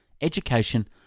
education